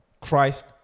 Christ